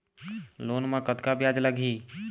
Loan म कतका ब्याज लगही?